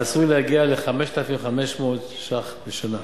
העשוי להגיע לכ-5,500 שקלים בשנה.